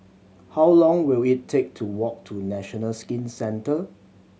how long will it take to walk to National Skin Centre